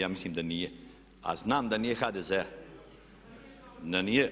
Ja mislim da nije, a znam da nije HDZ-a, da nije.